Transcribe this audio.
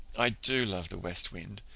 i do love the west wind.